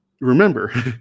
remember